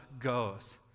goes